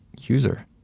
user